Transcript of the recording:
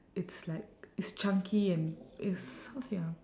it's like it's chunky and it's how to say ah